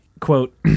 Quote